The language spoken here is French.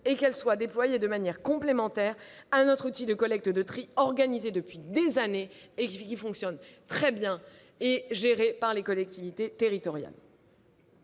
consigne soit développée de manière complémentaire à notre outil de collecte de tri organisé depuis des années et qui fonctionne très bien, géré qu'il est par les collectivités territoriales.